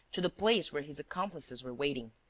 to the place where his accomplices were waiting.